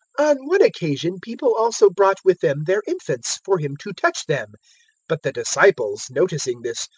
on one occasion people also brought with them their infants, for him to touch them but the disciples, noticing this,